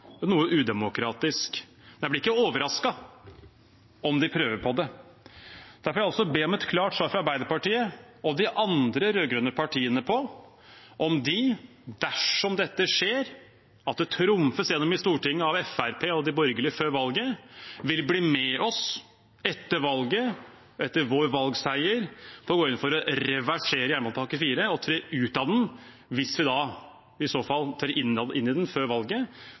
noe udemokratisk. Jeg blir ikke overrasket om de prøver på det. Derfor vil jeg også be om et klart svar fra Arbeiderpartiet og de andre rød-grønne partiene på om de, dersom det skjer at det trumfes gjennom i Stortinget av Fremskrittspartiet og de borgerlige før valget, vil bli med oss etter valget, etter vår valgseier, på å gå inn for å reversere jernbanepakke IV og tre ut av den, hvis vi trer inn i